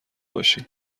باشی